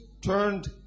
turned